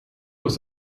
was